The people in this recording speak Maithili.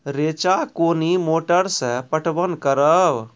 रेचा कोनी मोटर सऽ पटवन करव?